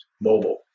mobile